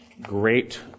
great